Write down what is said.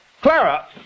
Clara